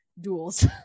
duels